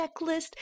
checklist